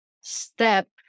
step